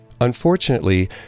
Unfortunately